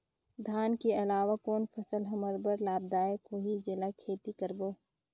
धान के अलावा कौन फसल हमर बर लाभदायक होही जेला खेती करबो?